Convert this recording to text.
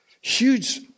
Huge